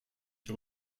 qui